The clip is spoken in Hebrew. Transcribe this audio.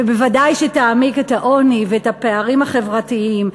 ובוודאי שתעמיק את העוני ואת הפערים החברתיים.